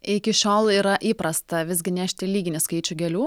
iki šiol yra įprasta visgi nešti lyginį skaičių gėlių